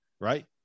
right